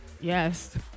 Yes